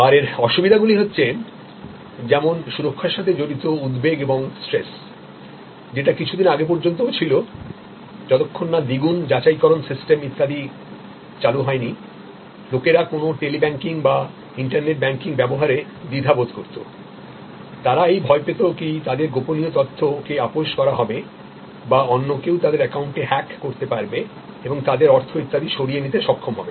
আর এর অসুবিধাগুলি হচ্ছে যেমন সুরক্ষার সাথে জড়িত উদ্বেগ এবং স্ট্রেস যেটা কিছুদিন আগে পর্যন্তও ছিল যতক্ষণ না দ্বিগুণ যাচাইকরণ সিস্টেম ইত্যাদি চালু হয়নিলোকেরা কোনও টেলি ব্যাংকিং বা ইন্টারনেট ব্যাংকিং ব্যবহারে দ্বিধা বোধ করতো তারা এই ভয়পেতকি তাদের গোপনীয় তথ্য কে আপস করা হবে বা অন্য কেউ তাদের অ্যাকাউন্টে হ্যাক করতে পারবে এবং তাদের অর্থ ইত্যাদি সরিয়ে নিতে সক্ষম হবে